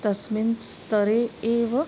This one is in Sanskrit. तस्मिन् स्तरे एव